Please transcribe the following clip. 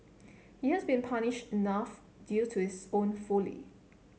he has been punished enough due to his own folly